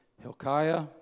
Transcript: Hilkiah